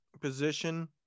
position